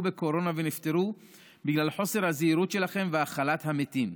בקורונה ונפטרו בגלל חוסר הזהירות שלכם והכלת המתים?